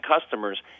customers